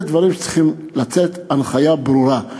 אלה דברים שצריכה לצאת בהם הנחיה ברורה.